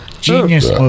genius